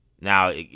Now